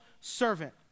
servant